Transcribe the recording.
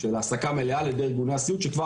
של העסקה מלאה על ידי ארגוני הסיעוד שכבר